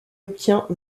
obtient